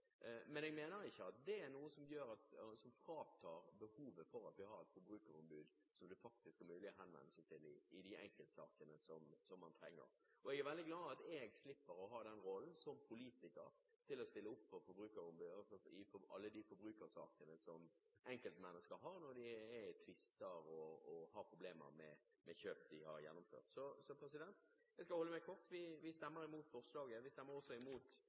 Men jeg mener at det ikke er noe som tilsier at vi ikke har behov for et forbrukerombud som det faktisk er mulig å henvende seg til i de enkeltsakene der man trenger å gjøre det. Jeg er veldig glad for at jeg som politiker slipper å ha den rollen å stille opp i alle de forbrukersakene som enkeltmennesker har, når de er i tvister, og når de har problemer med kjøp de har gjennomført. Jeg skal være kort. Vi stemmer mot forslaget. Vi stemmer også